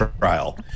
trial